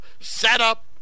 setup